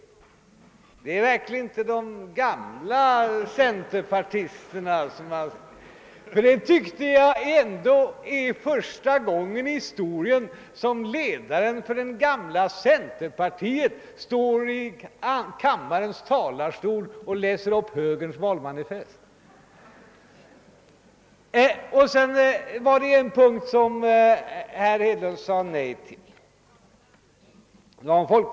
Detta är verkligen inte de gamla centerpartisternas linje; det är väl ändå första gången i historien som ledaren för det gamla centerpartiet står i kammarens talarstol och läser upp högerns valmanifest. På en punkt — det gällde folkpensionen — sade herr Hedlund dock nej, och det var klokt.